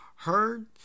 heard